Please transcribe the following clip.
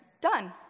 Done